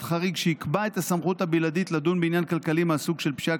חריג שיקבע את הסמכות הבלעדית לדון בעניין כלכלי מהסוג של פשיעה